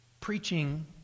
Preaching